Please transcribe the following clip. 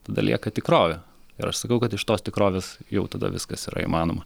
tada lieka tikrovė ir aš sakau kad iš tos tikrovės jau tada viskas yra įmanoma